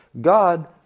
God